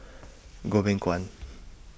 Goh Beng Kwan